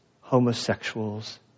homosexuals